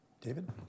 David